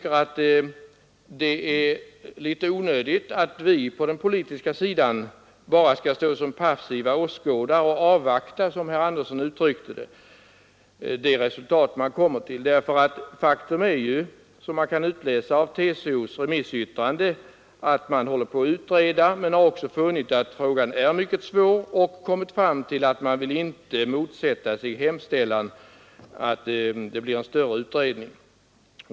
Men jag tycker det är litet onödigt att vi på den politiska sidan bara skall stå som passiva åskådare och avvakta, såsom herr Andersson uttryckte det, det resultat som man kommer fram till. Faktum är ju, såsom vi kan utläsa av TCO:s remissyttrande, att man håller på att utreda frågan men att man också har funnit den mycket svår och att man därför inte vill motsätta sig hemställan om en större utredning.